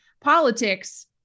politics